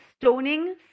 stoning